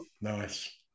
nice